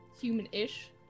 human-ish